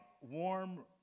warm